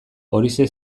horixe